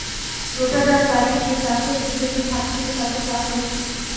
রোটাটার গাড়ি দিয়ে চাষের যে জমি থাকছে তাতে চাষ হচ্ছে